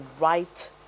right